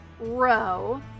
row